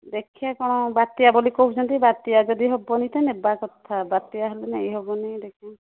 ଦେଖିବା କ'ଣ ବାତ୍ୟା ବୋଲି କହୁଛନ୍ତି ବାତ୍ୟା ଯଦି ହେବନି ତ ନେବା କଥା ବାତ୍ୟା ହେଲେ ନେଇ ହେବନି ଦେଖିବା